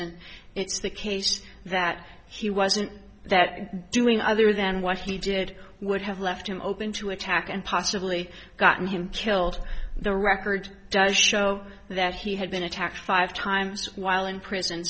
n it's the case that he wasn't that doing other than what he did would have left him open to attack and possibly gotten him killed the record does show that he had been attacked five times while in prison